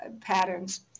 patterns